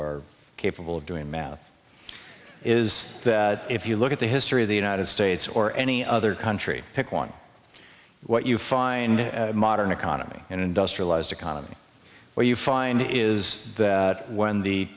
are capable of doing math is that if you look at the history of the united states or any other country pick one what you find in modern economy and industrialized economies where you find is that when the